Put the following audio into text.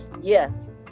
Yes